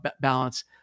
balance